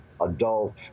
adult